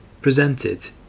presented